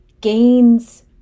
gains